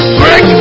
break